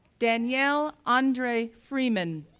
danielle andree freeman,